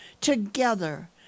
Together